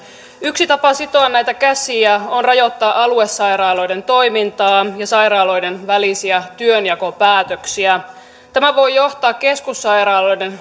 yksi tapa sitoa näitä käsiä on rajoittaa aluesairaaloiden toimintaa ja sairaaloiden välisiä työnjakopäätöksiä tämä voi johtaa keskussairaaloiden